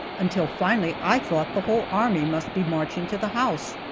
until finally i thought the whole army must be marching to the house.